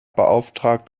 beauftragt